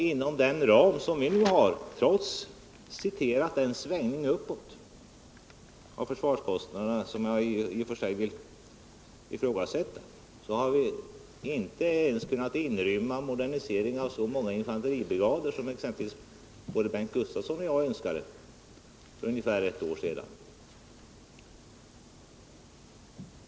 Inom den nuvarande ramen och trots ”svängningen uppåt” av försvarskostnaderna — som jag i och för sig vill ifrågasätta — har vi inte ens kunnat inrymma modernisering av det antal infanteribrigader som exempelvis både Bengt Gustavsson och jag räknade med för ungefär ett år sedan.